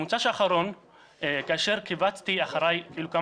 במוצ"ש האחרון כאשר קיבצתי אחריי כמה